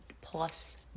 plus